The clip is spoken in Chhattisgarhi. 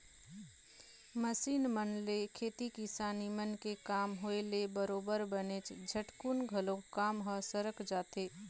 मसीन मन ले खेती किसानी मन के काम होय ले बरोबर बनेच झटकुन घलोक काम ह सरक जाथे